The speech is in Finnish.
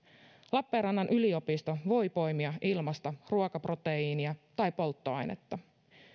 lappeenrannan yliopisto voi poimia ilmasta ruokaproteiinia tai polttoainetta